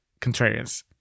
Contrarians